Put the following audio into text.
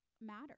matter